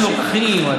אתם לוקחים.